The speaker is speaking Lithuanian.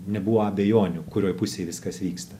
nebuvo abejonių kurioj pusėj viskas vyksta